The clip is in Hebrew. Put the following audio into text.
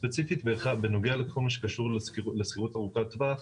ספציפית בנוגע לכל מה שקשור לשכירות ארוכת טווח,